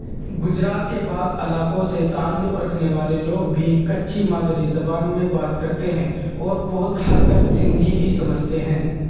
گجرات کے بعض علاقوں سے تعلق رکھنے والے لوگ بھی کچی مادری زبان میں بات کرتے ہیں اور بہت حد تک سندھی بھی سمجھتے ہیں